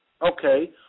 Okay